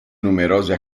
numerose